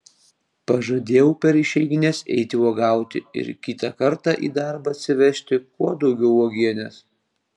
pažadėjau per išeigines eiti uogauti ir kitą kartą į darbą atsivežti kuo daugiau uogienės